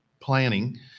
planning